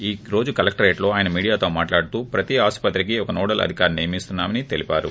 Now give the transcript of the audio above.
ఈ రోజు కలెక్షరేట్లో ఆయన మీడియాతో మాట్లాడుతూ ప్రతి ఆసుపత్రికి ఒక నోడల్ అధికారిని నియమిస్తున్నా మని తెలిపారు